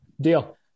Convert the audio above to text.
Deal